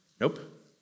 Nope